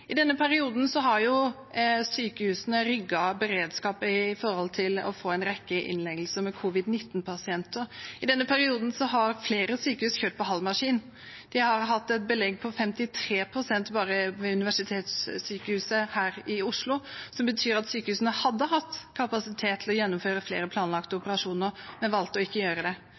I denne perioden har sykehusene rigget beredskap for en rekke innleggelser med covid-19-pasienter. I denne perioden har flere sykehus kjørt på halv maskin. De har hatt et belegg på 53 pst. bare ved Universitetssykehuset i Oslo. Det betyr at sykehusene hadde hatt kapasitet til å gjennomføre flere planlagte operasjoner, men valgte ikke å gjøre det.